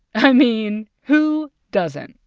i mean, who doesn't?